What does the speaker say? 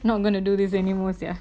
not gonna do this anymore sia